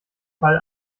fall